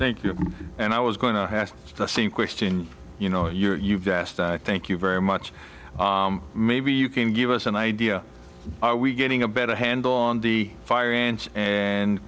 thank you and i was going to ask the same question you know your best thank you very much maybe you can give us an idea are we getting a better handle on the fire ants and